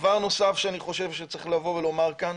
דבר נוסף שצריך לומר כאן